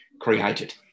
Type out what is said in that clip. created